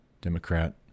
Democrat